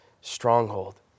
stronghold